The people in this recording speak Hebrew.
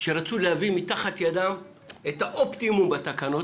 שרצו להביא מתחת ידם את האופטימום בתקנות,